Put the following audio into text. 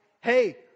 hey